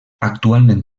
actualment